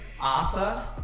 Arthur